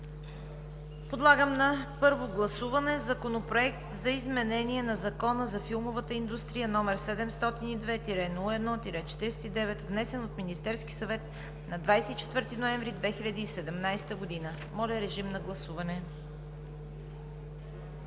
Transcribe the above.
Подлагам на първо гласуване Законопроект за изменение на Закона за филмовата индустрия, № 702-01-49, внесен от Министерския съвет на 24 ноември 2017 г. Гласували